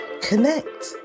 Connect